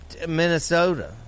Minnesota